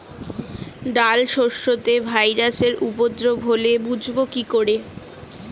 ডাল শস্যতে ভাইরাসের উপদ্রব হলে বুঝবো কি করে?